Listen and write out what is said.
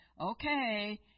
okay